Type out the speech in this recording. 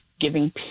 giving